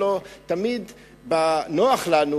נוח לנו,